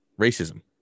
Racism